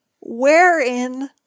wherein